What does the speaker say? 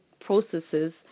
processes